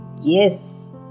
Yes